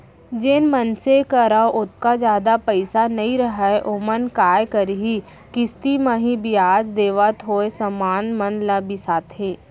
जेन मनसे करा ओतका जादा पइसा नइ रहय ओमन काय करहीं किस्ती म ही बियाज देवत होय समान मन ल बिसाथें